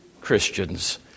Christians